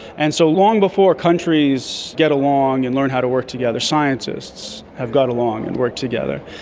and so long before countries get along and learn how to work together, scientists have got along and worked together.